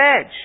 edge